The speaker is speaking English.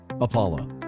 Apollo